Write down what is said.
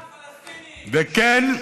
וכן,